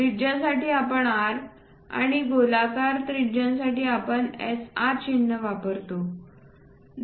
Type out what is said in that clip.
त्रिज्यासाठी आपण R आणि गोलाकार त्रिज्यासाठी आपण SR चिन्ह वापरू